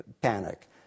panic